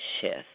shift